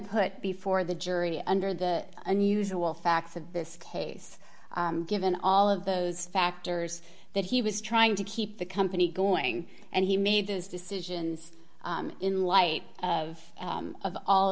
put before the jury under the unusual facts of this case given all of those factors that he was trying to keep the company going and he made those decisions in light of all of